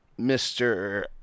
Mr